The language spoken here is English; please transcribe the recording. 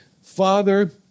Father